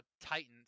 Titans